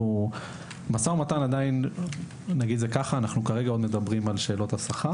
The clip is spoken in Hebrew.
במשא ומתן אנחנו כרגע מדברים עדיין על שאלות השכר.